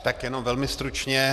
Tak jen velmi stručně.